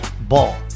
Ball